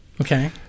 Okay